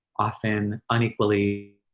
often unequally,